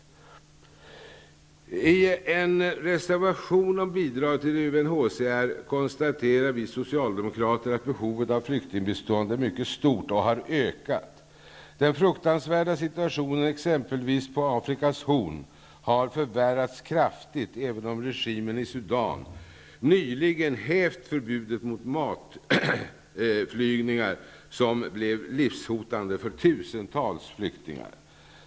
I en reservation om bidrag till UNHCR konstaterar vi socialdemokrater att behovet av flyktingbistånd är mycket stort och har ökat. Exempelvis har den fruktansvärda situationen på Afrikas horn förvärrats kraftigt även om regimen i Sudan nyligen hävt det förbud mot matflygningar som blev livshotande för tusentals flyktingar.